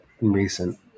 recent